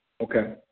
Okay